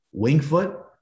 Wingfoot